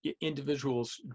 individuals